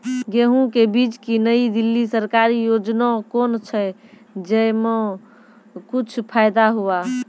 गेहूँ के बीज की नई दिल्ली सरकारी योजना कोन छ जय मां कुछ फायदा हुआ?